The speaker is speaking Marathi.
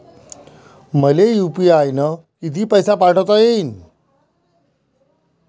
मले यू.पी.आय न किती पैसा पाठवता येईन?